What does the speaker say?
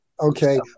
Okay